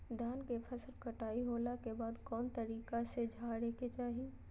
धान के फसल कटाई होला के बाद कौन तरीका से झारे के चाहि?